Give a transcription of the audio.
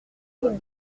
toute